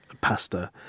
pasta